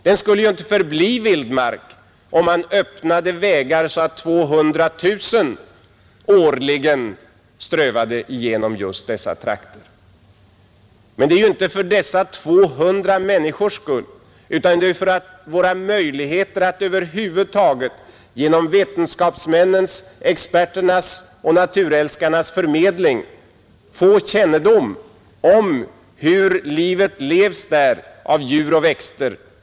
Den skulle inte förbli vildmark om man öppnade vägar så att 200 000 årligen strövade igenom dessa trakter! Det är inte för dessa 200 människors skull som man vill sätta stopp för exploateringen. Det sker för att vi skall bevara våra möjligheter att genom vetenskapsmännens, experternas och naturälskarnas förmedling få kännedom om hur livet levs där av djur och växter.